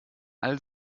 all